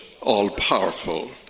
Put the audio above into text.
all-powerful